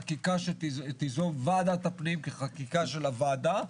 חקיקה שתיזום ועדת הפנים כחקיקה של הוועדה,